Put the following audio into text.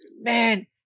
Man